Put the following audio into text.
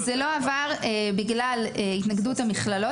זה לא עבר בגלל התנגדות המכללות,